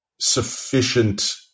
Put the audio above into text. sufficient